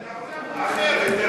זו מציאות אחרת, העולם הוא אחר.